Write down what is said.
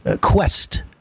quest